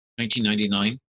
1999